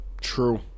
True